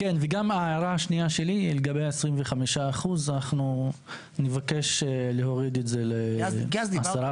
וגם ההערה השנייה שלי לגבי ה-25% אנחנו נבקש להוריד את זה ל-10%.